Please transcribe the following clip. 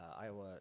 Iowa